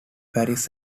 paris